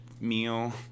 meal